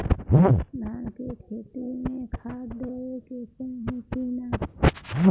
धान के खेती मे खाद देवे के चाही कि ना?